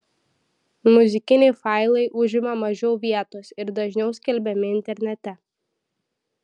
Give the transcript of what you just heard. muzikiniai failai užima mažiau vietos ir dažniau skelbiami internete